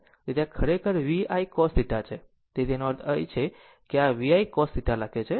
તેથી આ ખરેખર V I cos θ છે તેથી તેનો અર્થ એ કે આ V I cos θ લખે છે